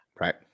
Right